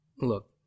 Look